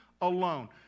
alone